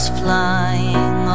flying